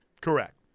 Correct